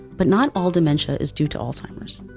but not all dementia is due to alzheimer's.